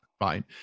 right